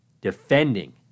defending